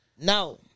No